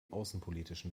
außenpolitischen